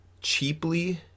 cheaply